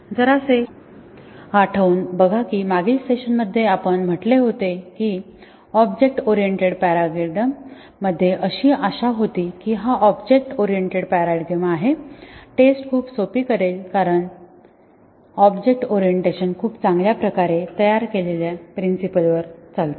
जरासे आठवून बघा की मागील सेशनमध्ये आपण म्हटले होते की ऑब्जेक्ट ओरिएंटेड पॅराडाइम मध्ये अशी आशा होती कि हा ऑब्जेक्ट ओरिएंटेड पॅराडाइम हा टेस्ट खूप सोपी करेल कारण ऑब्जेक्ट ओरिएंटेशन खूप चांगल्या प्रकारे तयार केलेल्या प्रिन्सिपल वर चालते